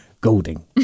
Golding